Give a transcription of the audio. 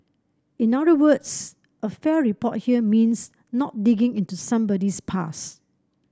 in other words a fair report here means not digging into somebody's past